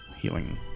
healing